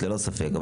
ללא ספק.